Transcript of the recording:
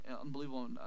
unbelievable